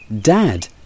Dad